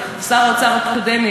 שר האוצר הקודם,